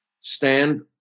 stand